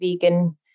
vegan